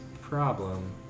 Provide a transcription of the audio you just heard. problem